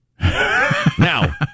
Now